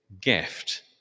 gift